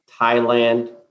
Thailand